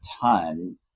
ton